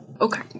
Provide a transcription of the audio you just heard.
Okay